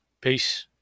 Peace